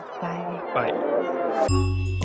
Bye